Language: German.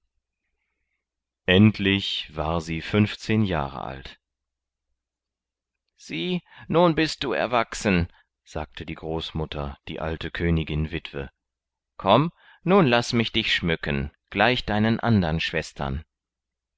endlich war sie fünfzehn jahre alt sieh nun bist du erwachsen sagte die großmutter die alte königin witwe komm nun laß mich dich schmücken gleich deinen andern schwestern